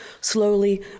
Slowly